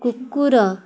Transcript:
କୁକୁର